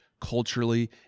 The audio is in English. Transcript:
culturally